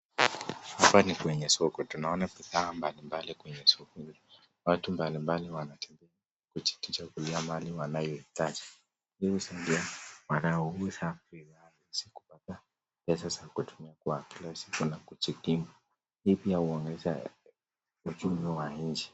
Hapa ni kwenye soko, tunaona bidhaa mbalimbali kwenye soko hili, watu mbalimbali wanatembea kujichagulia mali wanayo hitaji, Wachuuzi ndo wanaouza bidhaa hizi kupata pesa za kutumia kwa kila siku na kujikimu, hii pia huongeza uchumi wa nchi.